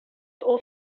boy